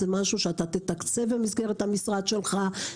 זה משהו שאתה תתקצב במסגרת המשרד שלך?